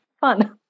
fun